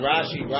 Rashi